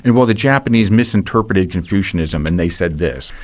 and well the japanese misinterpreted confucianism and they said this.